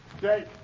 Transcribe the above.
Jake